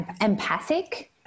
empathic